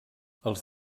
els